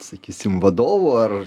sakysime vadovu ar